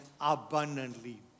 abundantly